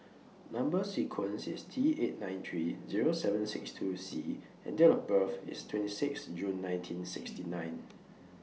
Number sequence IS T eight nine three Zero seven six two C and Date of birth IS twenty six June nineteen sixty nine